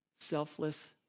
selfless